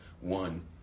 One